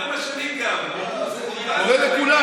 הוא קורא לכולם.